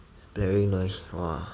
blaring noise !wah!